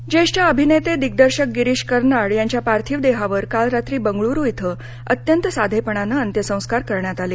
second ज्येष्ठ अभिनेते दिग्दर्शक गिरीश कर्नाड यांच्या पार्थिव देहावर काल रात्री बंगळूरू इथं अत्यंत साधेपणानं अंत्यसंस्कार करण्यात आले